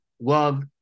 Love